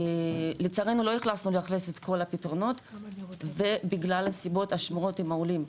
לצערנו לא הצלחנו לאכלס את כל הפתרונות ובגלל הסיבות השמורות עם העולים,